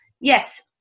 Yes